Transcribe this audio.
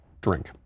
Drink